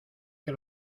que